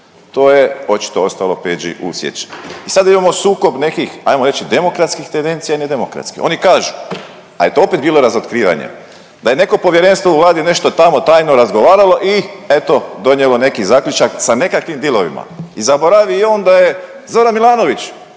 To je očito ostalo Peđi u sjećanju i sada imamo sukob nekih, ajmo reći demokratskih tendencija i nedemokratskih. Oni kažu, a to je opet bilo razotkrivanje, da je neko povjerenstvo u Vladi nešto tamo tajno razgovaralo i, eto, donijelo neki zaključak sa nekakvim dealovima. I zaboravi i on da je Zoran Milanović